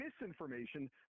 misinformation